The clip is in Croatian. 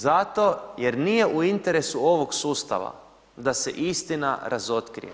Zato jer nije u interesu ovog sustava da se istina razotkrije.